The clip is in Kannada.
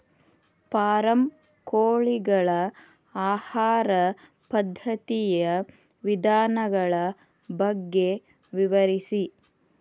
ಫಾರಂ ಕೋಳಿಗಳ ಆಹಾರ ಪದ್ಧತಿಯ ವಿಧಾನಗಳ ಬಗ್ಗೆ ವಿವರಿಸಿ